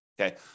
Okay